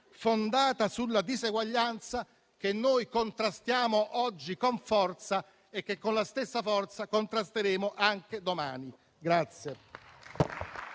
fondata sulla diseguaglianza, che noi contrastiamo oggi con forza e che con la stessa forza contrasteremo anche domani.